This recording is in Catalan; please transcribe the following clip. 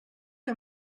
que